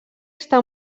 està